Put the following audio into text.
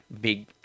big